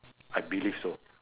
I believe so